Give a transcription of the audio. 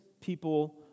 people